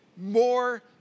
more